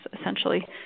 essentially